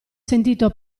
sentito